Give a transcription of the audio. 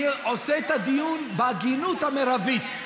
אני עושה את הדיון בהגינות המרבית.